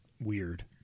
weird